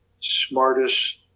smartest